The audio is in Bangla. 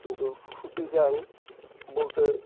কিন্তু সুফি গান বলতে